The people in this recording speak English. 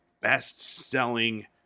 best-selling